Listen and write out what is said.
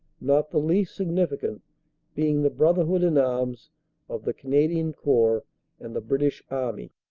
not the least significant being the brotherhood in arms of the canadian corps and the british army.